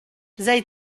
zei